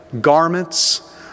garments